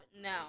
No